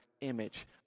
image